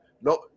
No